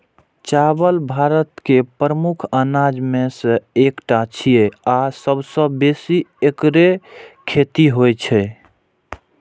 चावल भारत के प्रमुख अनाज मे सं एकटा छियै आ सबसं बेसी एकरे खेती होइ छै